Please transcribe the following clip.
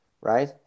right